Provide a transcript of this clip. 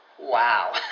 Wow